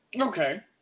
Okay